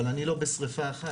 אבל אני לא בשריפה אחת.